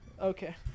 Okay